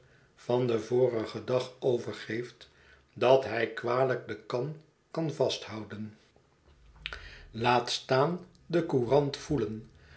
van den vorigen dag overgeeft dat hij kwalyk de kan kan vasthouden laat staan de courant voelen